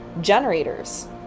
generators